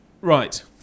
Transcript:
Right